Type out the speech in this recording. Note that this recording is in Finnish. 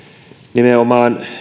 nimenomaan